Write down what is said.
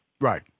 Right